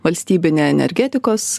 valstybinė energetikos